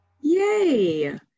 Yay